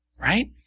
Right